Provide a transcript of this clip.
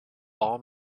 all